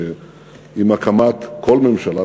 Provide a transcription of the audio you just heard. שעם הקמת כל ממשלה,